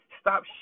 stop